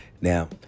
Now